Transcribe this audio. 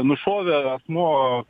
nušovė asmuo